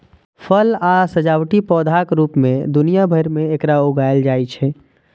फल आ सजावटी पौधाक रूप मे दुनिया भरि मे एकरा उगायल जाइ छै